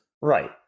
Right